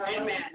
Amen